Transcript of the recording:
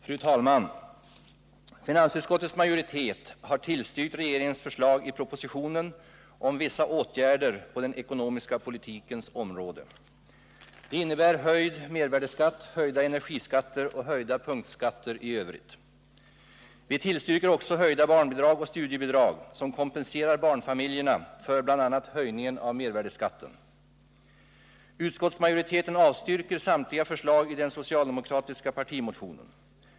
Fru talman! Finansutskottets majoritet har tillstyrkt regeringens förslag i propositionen om vissa åtgärder på den ekonomiska politikens område. Det innebär höjd mervärdeskatt, höjda energiskatter och höjda punktskatter i övrigt. Vi tillstyrker också höjda barnbidrag och studiebidrag, som kompenserar barnfamiljerna för bl.a. höjningen av mervärdeskatten. Utskottsmajoriteten avstyrker samtliga förslag i den socialdemokratiska partimotionen.